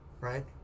right